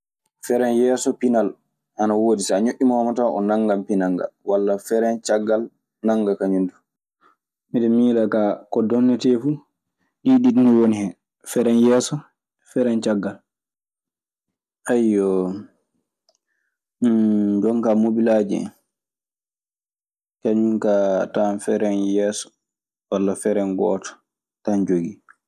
Feren yeeso pinal ana woodi so a ñoƴƴii moomo tan o nanngan pinal ngal walla feren caggal nannga kañum duu. Miɗe miila kaa ko donnetee fu, ɗii ɗiɗi nii woni hen: feren yeeso, feren caggal. Ayyoo, jonkaa mobel laaji en, kañun kaa a tawan feren yeeso walla feren gooto tan jogii.